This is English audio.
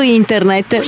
internet